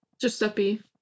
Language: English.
Giuseppe